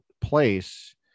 place